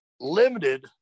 limited